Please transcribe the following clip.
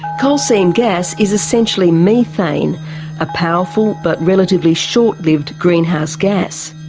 coal seam gas is essentially methane, a powerful but relatively short-lived greenhouse gas.